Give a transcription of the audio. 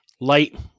Light